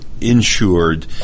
insured